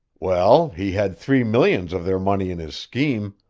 well, he had three millions of their money in his scheme,